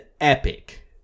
epic